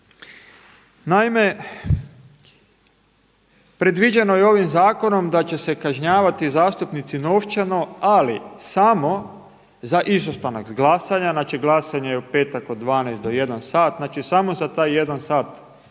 Naime, predviđeno je ovim zakonom da će se kažnjavati zastupnici novčano, ali samo za izostanak s glasanja. Znači glasanje je u petak od 12 do 13,00 sati, znači samo za taj jedan